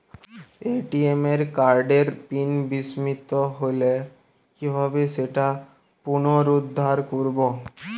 ATM কার্ডের PIN বিস্মৃত হলে কীভাবে সেটা পুনরূদ্ধার করব?